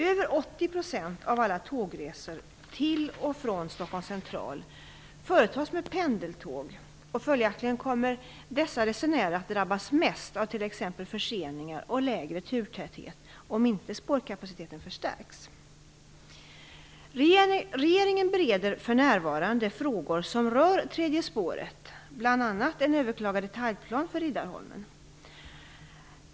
Över 80 % av alla tågresor till och från Stockholms central företas med pendeltåg, och följaktligen kommer pendeltågsresenärerna att drabbas mest av t.ex. förseningar och lägre turtäthet om inte spårkapaciteten förstärks. Regeringen bereder för närvarande frågor som rör tredje spåret, bl.a. en överklagad detaljplan för Riddarholmen.